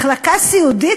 מחלקה סיעודית,